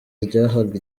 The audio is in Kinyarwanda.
ryahaga